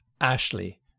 Ashley